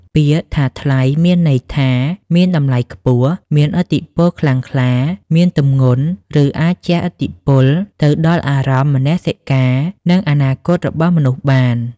ពាក្យថា "ថ្លៃ" មានន័យថាមាន តម្លៃខ្ពស់ មានឥទ្ធិពលខ្លាំងក្លា មាន ទម្ងន់ ឬអាចជះឥទ្ធិពលទៅដល់អារម្មណ៍ មនសិការ និងអនាគតរបស់មនុស្សបាន។